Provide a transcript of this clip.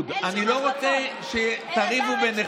הצורך בקבלת